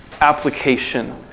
application